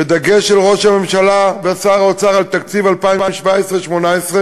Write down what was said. ודגש של ראש הממשלה ושל שר האוצר בתקציב 2017 2018,